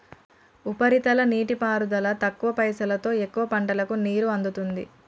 ఉపరితల నీటిపారుదల తక్కువ పైసలోతో ఎక్కువ పంటలకు నీరు అందుతుంది